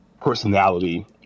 personality